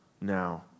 now